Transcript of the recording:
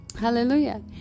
Hallelujah